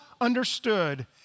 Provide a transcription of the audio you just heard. understood